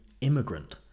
immigrant